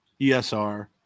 ESR